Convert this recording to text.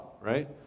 right